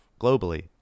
globally